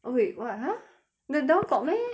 oh wait what !huh! th~ that [one] got meh no meh